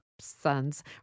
sons